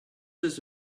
just